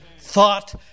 thought